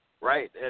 Right